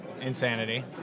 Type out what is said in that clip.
Insanity